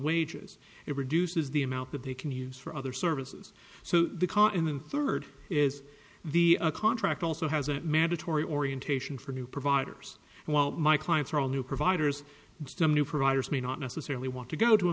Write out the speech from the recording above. wages it reduces the amount that they can use for other services so they call in the third is the contract also has a mandatory orientation for new providers and my clients are all new providers and some new providers may not necessarily want to go to a